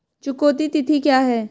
चुकौती तिथि क्या है?